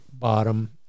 bottom